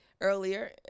earlier